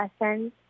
lessons